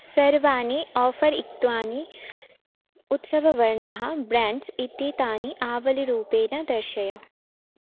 सर्वाणि आफ़र् युक्तानि उत्सववर्णाः ब्राण्ड्स् इत्येतानि आवलिरूपेण दर्शय